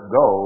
go